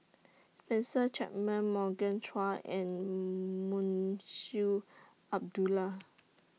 Spencer Chapman Morgan Chua and Munshi Abdullah